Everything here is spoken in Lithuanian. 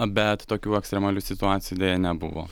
bet tokių ekstremalių situacijų deja nebuvo